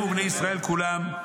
הם ובני ישראל כולם,